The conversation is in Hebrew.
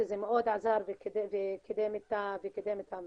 שזה מאוד עזר וקידם את המחקר,